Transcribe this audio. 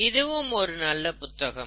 இதுவும் ஒரு நல்ல புத்தகம்